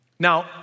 Now